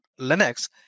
Linux